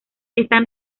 están